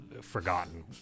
forgotten